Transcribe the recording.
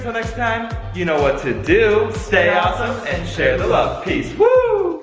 next time, you know what to do. stay awesome and share the love, peace.